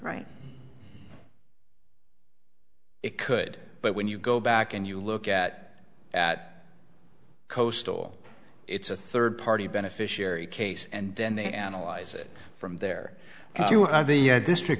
right it could but when you go back and you look at that coastal it's a third party beneficiary case and then they analyze it from there if you have the district